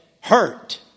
hurt